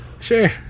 Sure